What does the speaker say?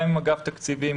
גם עם אגף תקציבים,